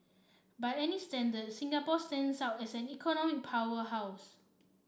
by any standard Singapore stands out as an economic powerhouse